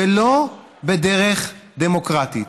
ולא בדרך דמוקרטית